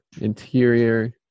interior